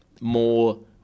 more